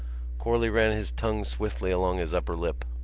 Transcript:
corley ran his tongue swiftly along his upper lip.